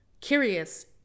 curious